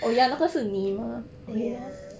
对呀